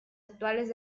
actuales